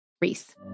Reese